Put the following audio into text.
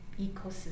ecosystem